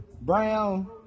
Brown